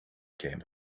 game